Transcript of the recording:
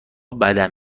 بدم